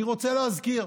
אני רוצה להזכיר: